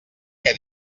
què